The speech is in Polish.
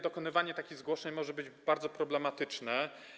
Dokonywanie takich zgłoszeń może być bardzo problematyczne.